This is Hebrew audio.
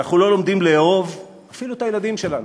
ואנחנו לא לומדים לאהוב אפילו את הילדים שלנו.